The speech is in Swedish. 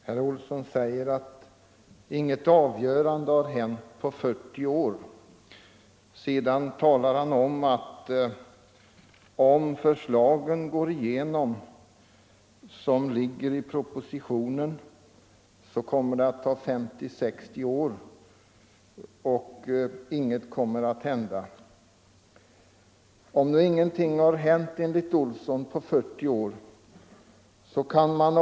Herr Olsson säger att ingenting avgörande på markspekulationens område har hänt på 40 år och att, om propositionens förslag går igenom, det kommer att dröja ytterligare 50-60 år innan något händer.